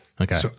Okay